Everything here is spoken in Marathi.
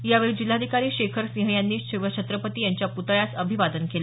यावेळी जिल्हाधिकारी शेखर सिंह यांनी शिवछत्रपती यांच्या पुतळ्यास अभिवादन केलं